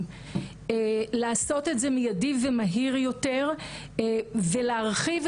ובחברה מסורתית אחרת בלי כיסוי ראש זה יכול להגיע למצב שאנחנו